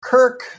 Kirk